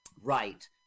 right